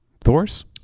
Thor's